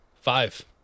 Five